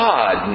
God